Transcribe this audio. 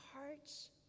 hearts